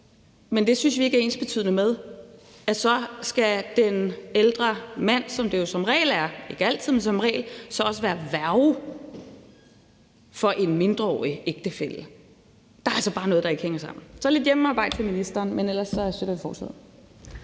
Men det synes vi ikke er ensbetydende med, at så skal den ældre mand, som det jo som regel er – ikke altid, men som regel – også være værge for en mindreårig ægtefælle. Der er altså bare noget, der ikke hænger sammen. Så der er lidt hjemmearbejde til ministeren, men ellers støtter vi forslaget.